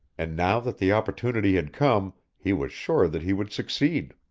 and now that the opportunity had come he was sure that he would succeed.